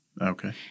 Okay